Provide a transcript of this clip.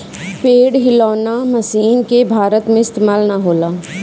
पेड़ हिलौना मशीन के भारत में इस्तेमाल ना होला